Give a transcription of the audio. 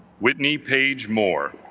whitney page more